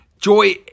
Joy